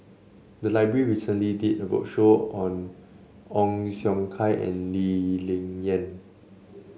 the library recently did a roadshow on Ong Siong Kai and Lee Ling Yen